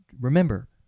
remember